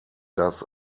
das